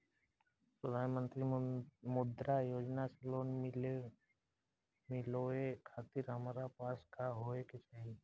प्रधानमंत्री मुद्रा योजना से लोन मिलोए खातिर हमरा पास का होए के चाही?